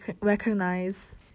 recognize